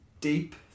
deep